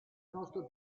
nostro